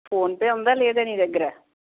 PhonePe ఉందా లేదా నీ దగ్గర